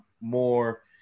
more